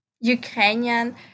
Ukrainian